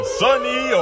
sunny